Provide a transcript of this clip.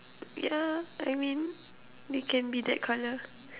yeah I mean they can be that colour